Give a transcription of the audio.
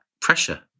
pressure